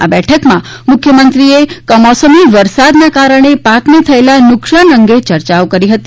આ બેઠકમાં મુખ્યમંત્રીએ કમોસમી વરસાદના કારણે પાકને થયેલા નુકસાન અંગે ચર્ચાઓ કરી હતી